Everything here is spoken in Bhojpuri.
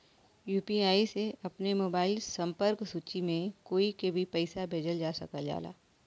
यू.पी.आई से अपने मोबाइल संपर्क सूची में कोई के भी पइसा भेजल जा सकल जाला